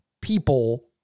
people